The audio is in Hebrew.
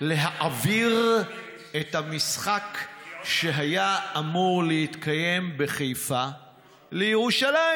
להעביר את המשחק שהיה אמור להתקיים בחיפה לירושלים?